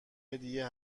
هدیه